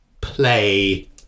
play